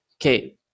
okay